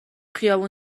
خیابون